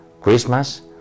Christmas